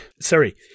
Sorry